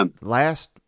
last